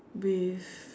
with